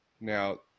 now